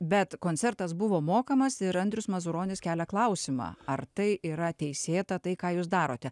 bet koncertas buvo mokamas ir andrius mazuronis kelia klausimą ar tai yra teisėta tai ką jūs darote